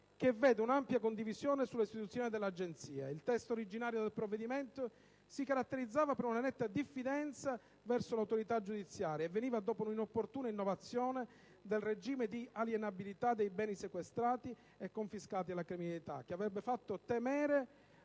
che vede una ampia condivisione sulla istituzione dell'Agenzia. Il testo originario del provvedimento si caratterizzava per una netta diffidenza verso l'autorità giudiziaria e veniva dopo una inopportuna innovazione del regime di alienabilità dei beni sequestrati e confiscati alla criminalità che aveva fatto temere